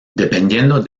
dependiendo